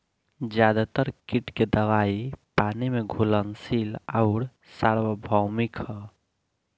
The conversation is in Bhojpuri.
ज्यादातर कीट के दवाई पानी में घुलनशील आउर सार्वभौमिक ह?